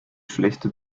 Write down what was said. schlechte